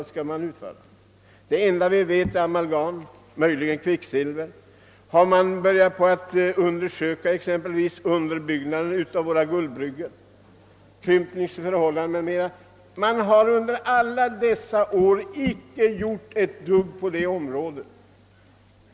Det enda vi vet att man skall syssla med är amalgam och möjligen kvicksilver. Har man börjat undersöka underbyggnaden till guldbryggor, t.ex. krympningsförhållanden? Man har under alla dessa år icke gjort ett dugg på det området.